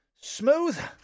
Smooth